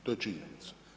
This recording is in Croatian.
To je činjenica.